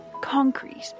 concrete